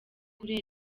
kuri